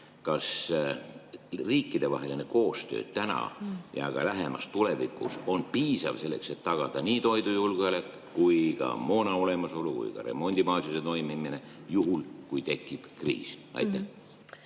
kas riikidevaheline koostöö täna ja ka lähemas tulevikus on piisav selleks, et tagada nii toidujulgeolek, moona olemasolu kui ka remondibaaside toimimine, juhul kui tekib kriis? Aitäh!